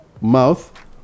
mouth